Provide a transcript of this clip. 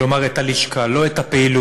כלומר את הלשכה, לא את הפעילות,